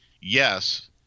yes